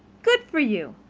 good for you!